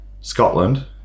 Scotland